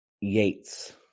Yates